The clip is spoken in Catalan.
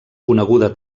coneguda